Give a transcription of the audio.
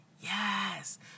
Yes